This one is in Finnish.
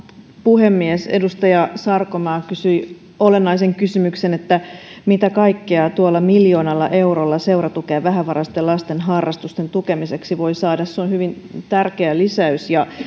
puhemies edustaja sarkomaa kysyi olennaisen kysymyksen mitä kaikkea tuolla miljoonalla eurolla seuratukea vähävaraisten lasten harrastusten tukemiseksi voi saada se on hyvin tärkeä lisäys ja